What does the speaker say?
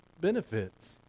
benefits